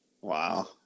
Wow